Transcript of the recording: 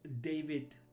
David